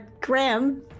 Graham